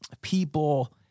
people